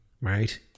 right